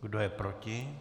Kdo je proti?